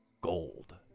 gold